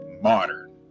modern